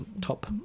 top